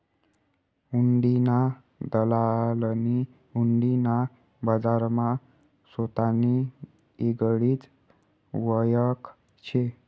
हुंडीना दलालनी हुंडी ना बजारमा सोतानी येगळीच वयख शे